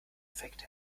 effekt